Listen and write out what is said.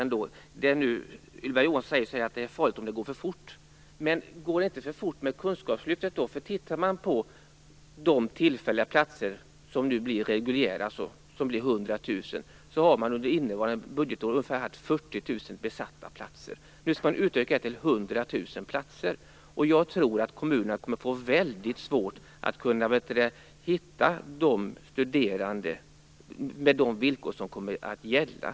Nu säger Ylva Johansson att det är farligt om det går för fort. Men går det inte för fort med Kunskapslyftet då? Man kan titta på de tillfälliga platser som nu blir reguljära. Det blir 100 000 platser. Under innevarande år har man haft ungefär 40 000 besatta platser. Nu skall man öka till 100 000 platser. Jag tror att kommunerna kommer att få väldigt svårt att hitta studerande med de villkor som kommer att gälla.